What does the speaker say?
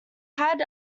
had